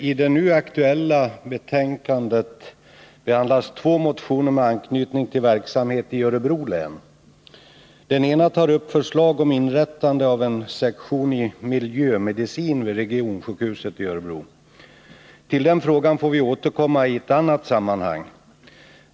Fru talman! I det aktuella betänkandet behandlas två motioner med anknytning till verksamhet i Örebro län. I den ena motionen tas upp förslag omiinrättande av en sektion i miljömedicin vid regionsjukhuset i Örebro. Till den frågan får vi återkomma i ett annat sammanhang.